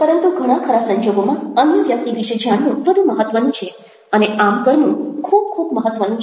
પરંતુ ઘણા ખરા સંજોગોમાં અન્ય વ્યક્તિ વિશે જાણવું વધુ મહત્ત્વનું છે અને આમ કરવું ખૂબ ખૂબ મહત્ત્વનું છે